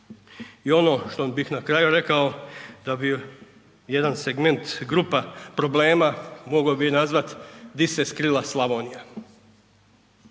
I ono što bi na kraju rekao, jedan segment, grupa problema mogao bi ga nazvat di se skrila Slavonija.